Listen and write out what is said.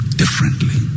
differently